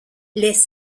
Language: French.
les